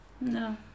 No